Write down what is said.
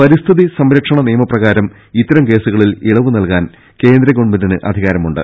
പരിസ്ഥിതി സംരക്ഷണ നിയമപ്രകാരം ഇത്തരം കേസുകളിൽ ഇളവുകൾ നൽകാൻ കേന്ദ്ര ഗവൺമെന്റിന് അധികാരമുണ്ട്